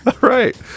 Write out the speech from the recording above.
right